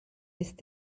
ist